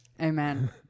Amen